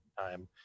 time